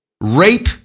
Rape